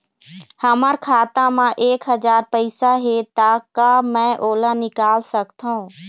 हमर खाता मा एक हजार पैसा हे ता का मैं ओला निकाल सकथव?